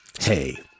Hey